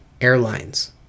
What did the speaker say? Airlines